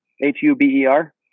h-u-b-e-r